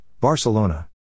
Barcelona